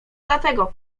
dlatego